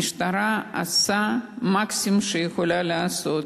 המשטרה עושה את המקסימום שהיא יכולה לעשות,